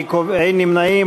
אין נמנעים.